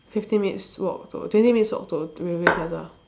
fifteen minutes walk to twenty minutes walk to rivervale plaza